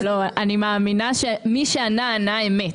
אני מאמינה שמי שענה, ענה אמת.